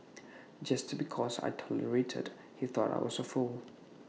just because I tolerated he thought I was A fool